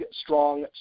strong